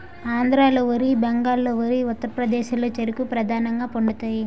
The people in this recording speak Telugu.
ఆంధ్రాలో వరి బెంగాల్లో వరి ఉత్తరప్రదేశ్లో చెరుకు ప్రధానంగా పండుతాయి